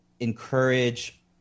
encourage